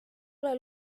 ole